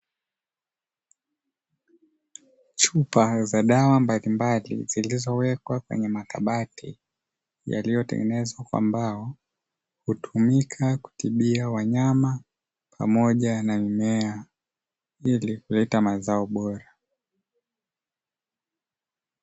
Chupa za dawa mbalimbali zilizowekwa kwenye makabati yaliyotengenezwa kwa mbao. Hutumika kutibia wanyama pamoja na mimea ili kuleta mazao bora.